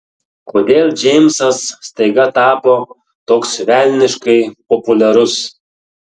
kodėl džeimsas staiga tapo toks velniškai populiarus